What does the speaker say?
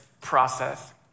process